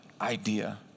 idea